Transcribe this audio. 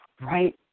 right